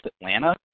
Atlanta